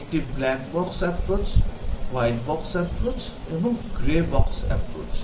একটি black box approach white box approach এবং grey box approach